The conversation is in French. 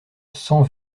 sans